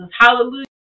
hallelujah